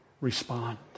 respond